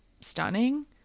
stunning